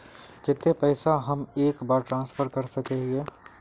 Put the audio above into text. केते पैसा हम एक बार ट्रांसफर कर सके हीये?